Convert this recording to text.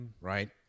right